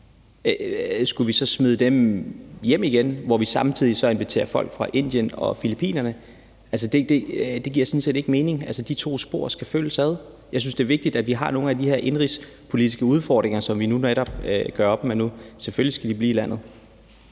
Skulle vi så smide dem hjem igen og samtidig invitere folk fra Indien og Filippinerne hertil? Det giver sådan set ikke mening. Altså, de to spor skal følges ad. Jeg synes, det er vigtigt, at vi nu netop gør op med nogle af de her indenrigspolitiske udfordringer, som vi har. Selvfølgelig skal de blive i landet.